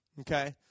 Okay